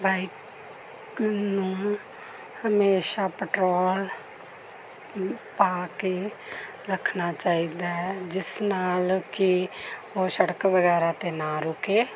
bike ਨੂੰ ਹਮੇਸ਼ਾ petrol ਪਾ ਕੇ ਰੱਖਣਾ ਚਾਹੀਦਾ ਹੈ ਜਿਸ ਨਾਲ ਕਿ ਉਹ ਸੜਕ ਵਗੈਰਾ 'ਤੇ ਨਾ ਰੁਕੇ